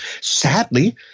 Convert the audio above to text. Sadly